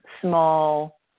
small